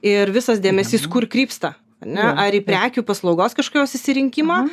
ir visas dėmesys kur krypsta ar ne ar į prekių paslaugos kažkokios išsirinkimą